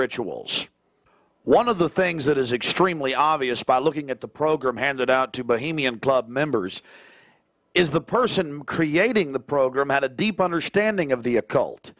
rituals one of the things that is extremely obvious by looking at the program handed out to bahamian club members is the person creating the program had a deep understanding of the occult